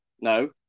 no